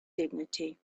dignity